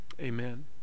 Amen